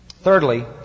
Thirdly